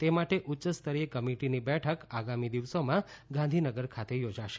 તે માટે ઉચ્યસ્તરીય કમિટીની બેઠક આગામી દિવસોમાં ગાંધીનગર ખાતે યોજાશે